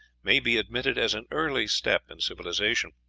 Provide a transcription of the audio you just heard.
may be admitted as an early step in civilization.